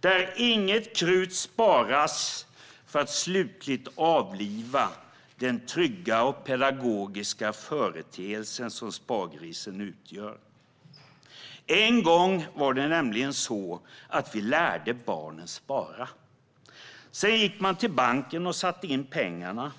Där inget krut sparas för att slutligt avliva den trygga och pedagogiska företeelsen som spargrisen utgör. En gång var det nämligen så att vi lärde barnen spara. Sedan gick man till banken och satte in pengarna.